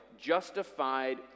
justified